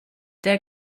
der